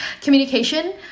communication